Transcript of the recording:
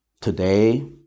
today